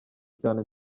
cyane